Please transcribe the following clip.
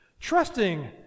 trusting